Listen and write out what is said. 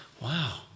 wow